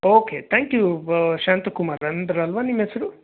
okay thank you Shanthakumar ಅಂದ್ರಿ ಅಲ್ವಾ ನಿಮ್ಮ ಹೆಸ್ರು